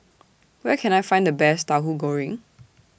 Where Can I Find The Best Tauhu Goreng